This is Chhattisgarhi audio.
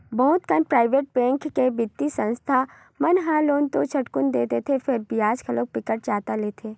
बहुत कन पराइवेट बेंक के बित्तीय संस्था मन ह लोन तो झटकुन दे देथे फेर बियाज घलो बिकट जादा लेथे